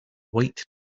wait